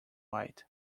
white